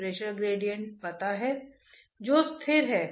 और आपको खुद को यकीन दिलाना चाहिए कि ये संकेत क्या हैं